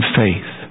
faith